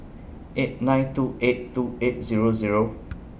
eight nine two eight two eight Zero Zero